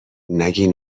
نگی